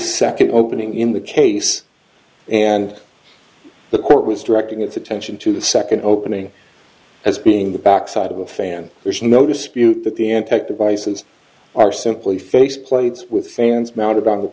second opening in the case and the court was directing its attention to the second opening as being the backside of a fan there's no dispute that the antec devices are simply face plates with fans mounted on the